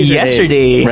yesterday